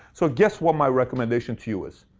so guess what my recommendation to you is?